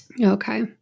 Okay